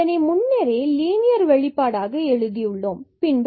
நாம் இதனை முன்னரே லீனியர் வெளிப்பாடாக எழுதியுள்ளோம் பின்பு x